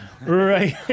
Right